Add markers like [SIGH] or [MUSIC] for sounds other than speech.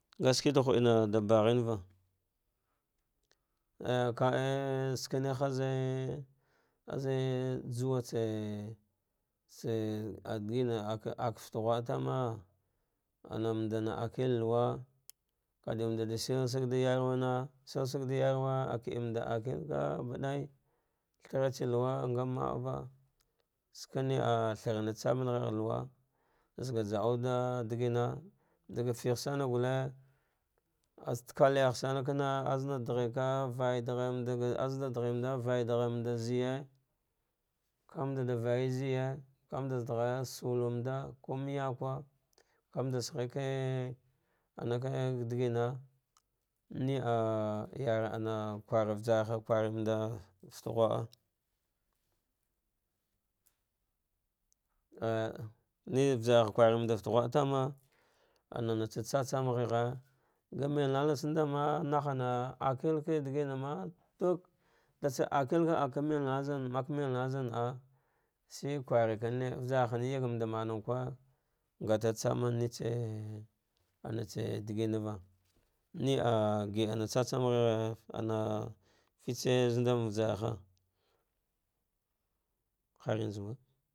Ngashhike ɗa hunanva aikakal shikina haze aze juwatsa tsa adile aka ak fatu ghida tama, anamanda akel luwa kadamed sayesag ɗa yanwana, sayaag da yarwa awujel mamɗɗ akel gabaday thatsa lawa ngamaahva skene thrana tsamenghe lawwa za [HESITATION] jat au da dagina daga feghe bama gulle aztu kai yah sane kana azana dagheka vaimdaga ah azana daghe manda vaydar zaɗargher salimanda, kumai kwa, da saghue ma lake digina meah yar ana nivajurha kuremanda fate ghnah tama anana tsa tsa tsam gheghe, ga melnana tsa manndama nahna akel diginama duk datsa akel ka a kamelnane mak melnana zamaah shikwarekane vasahana yegmela mua kure nhate tsame natse antes diganava nah gidana tsa tsam gheghe ana fetes zamdon mba vajarha har yanzuba.